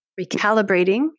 recalibrating